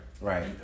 Right